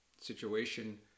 situation